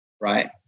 Right